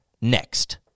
next